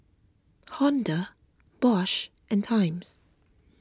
Honda Bosch and Times